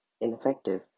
ineffective